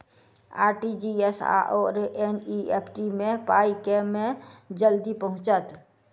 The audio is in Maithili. आर.टी.जी.एस आओर एन.ई.एफ.टी मे पाई केँ मे जल्दी पहुँचत?